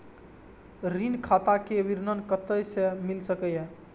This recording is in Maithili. ऋण खाता के विवरण कते से मिल सकै ये?